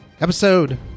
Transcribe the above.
Episode